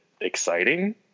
exciting